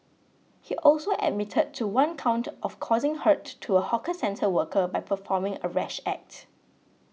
he also admitted to one count of causing hurt to a hawker centre worker by performing a rash act